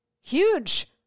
Huge